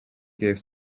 gave